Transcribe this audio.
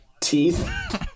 Teeth